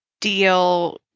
deal